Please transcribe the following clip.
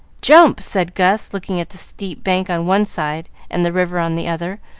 jump! said gus, looking at the steep bank on one side and the river on the other,